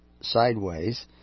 sideways